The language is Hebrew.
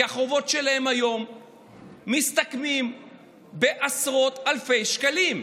כי החובות שלהם היום מסתכמים בעשרות אלפי שקלים.